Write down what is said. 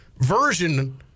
version